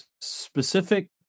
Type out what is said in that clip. specific